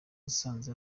dusanze